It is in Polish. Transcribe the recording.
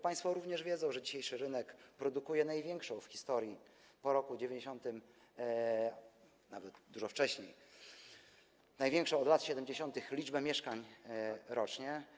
Państwo również wiedzą, że dzisiejszy rynek produkuje największą w historii po roku 1990... nawet dużo wcześniej, największą od lat 70. liczbę mieszkań rocznie.